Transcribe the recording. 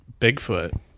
Bigfoot